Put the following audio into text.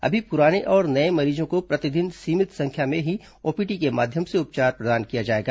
अभी पुराने और नये मरीजों को प्रतिदिन सीमित संख्या में ही ओपीडी के माध्यम से उपचार प्रदान किया जाएगा